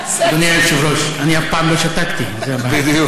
אדוני היושב-ראש, אני אף פעם לא שתקתי, זו הבעיה.